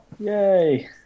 Yay